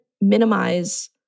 minimize